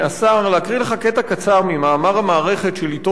להקריא לך קטע קצר ממאמר המערכת של עיתון "הארץ",